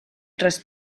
tres